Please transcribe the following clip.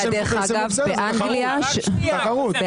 זאת תחרות.